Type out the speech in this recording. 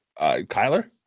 Kyler